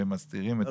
שהם מסתירים לא,